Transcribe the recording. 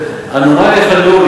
אנומליה של הנאום,